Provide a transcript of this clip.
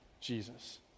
Jesus